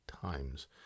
times